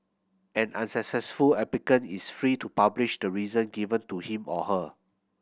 an unsuccessful applicant is free to publish the reason given to him or her